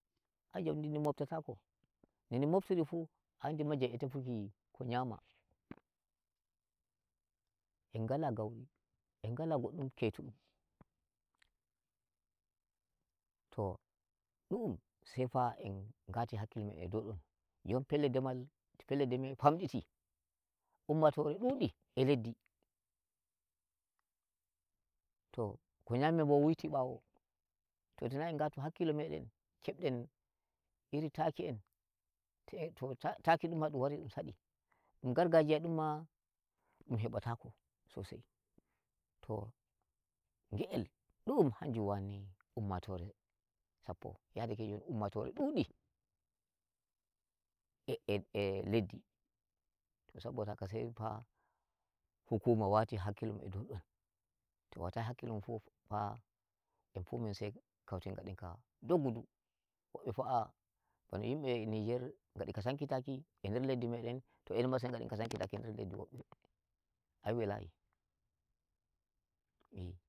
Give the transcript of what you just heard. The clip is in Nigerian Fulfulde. ai jaudi din moftatako, no ndi mobftiri fuu ai di majjai e tefuki ko nyama. Engala go- goddum keutudum, to du'um sai fa en ngati hakkilo me den e dou don. jon fellel ndemal to fellel ndemal famtidi ummatore dudi e leddi, to ko nyamai bo witi bawo, to tona en ngati hakkilo meden kebden iri taki en te to'o, taki dum mah dun wari dum sadi, gargajiya dum ma tun heɓa tako sosai to ngel du'um kanjum wanni ummatore leddi, to saboda haka sai fa hukuma wati hakkilo mun e dou don. To watayi hakkilo mun fu fah nyan fu me sai kauten gaden kah doggudu, woɓɓe fa'a banu yimɓe niger gani kah sanki taki nder leddi meɗen, enen ma sai gaɗen ka sanki taki nder leddi woɓɓe.